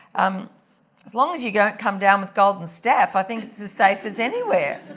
um as long as you don't come down with golden staph i think it's as safe as anywhere.